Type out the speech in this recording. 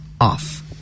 off